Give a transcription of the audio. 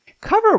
Cover